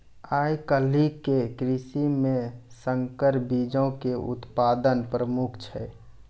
आइ काल्हि के कृषि मे संकर बीजो के उत्पादन प्रमुख छै